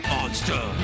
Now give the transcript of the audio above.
Monster